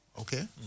okay